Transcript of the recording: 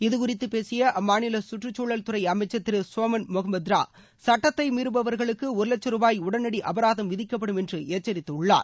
இது குறித்து பேசிய அம்மாநில கற்றுக்குழல்துறை அமைச்சர் திரு சோமன் மொஹபாத்ரா சட்டத்தை மீறுபவர்களுக்கு ஒரு லட்சும் ரூபாய் உடனடி அபராதம் விதிக்கப்படும் என்று எச்சரித்துள்ளார்